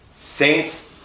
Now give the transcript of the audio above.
Saints